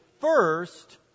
first